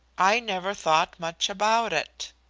i never thought much about it.